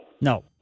No